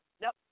Nope